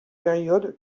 période